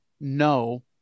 no